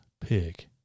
pig